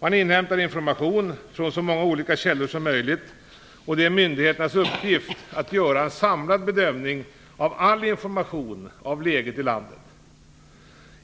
Man inhämtar information från så många olika källor som möjligt, och det är myndigheternas uppgift att göra en samlad bedömning av all information av läget i landet.